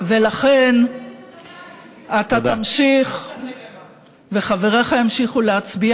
ולכן אתה תמשיך וחבריך ימשיכו להצביע